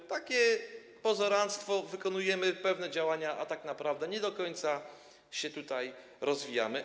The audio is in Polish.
To takie pozoranctwo, wykonujemy pewne działania, a tak naprawdę nie do końca się rozwijamy.